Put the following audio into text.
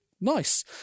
nice